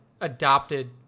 adopted